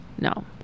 no